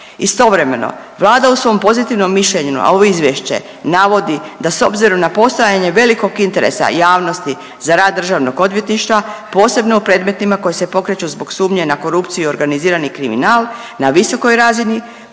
Istovremeno, Vlada u svom pozitivnom mišljenju na ovo izvješće navodi da s obzirom na postojanje velikog interesa javnosti za rad Državnog odvjetništva posebno u predmetima koji se pokreću zbog sumnje na korupciju i organizirani kriminal na visokoj razini